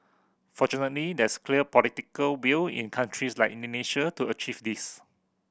fortunately there's clear political will in countries like Indonesia to achieve this